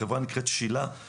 החברה נקראת ש.ל.ה